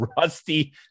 Rusty